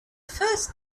first